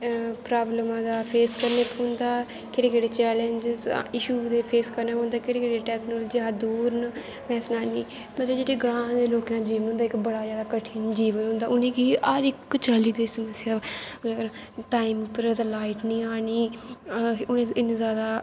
प्रावलमें दा फेस करनां पौंदा केह्ड़े केह्ड़े चैलेंजिस फेस करनें पौंदे केह्ड़े केह्ड़े टैकनॉलजी कशा दा दूर न में सनानी मतलव जेह्का इक ग्रां दे लोगें दा जीवन बड़ा कठन जीवन उंदा उनेंगी बड़ा चल्ली दी समस्या टाईम पर लाईट नी आनी उनें इन्नी जादा